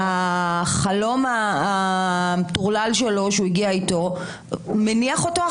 החלום המטורלל שהוא הגיע אותו מניח אותו.